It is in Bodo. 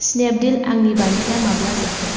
स्नेपडिल आंनि बान्थाया माब्ला जोबगोन